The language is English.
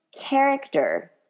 character